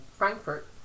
Frankfurt